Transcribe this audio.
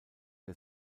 der